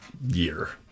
year